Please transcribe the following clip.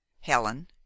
Helen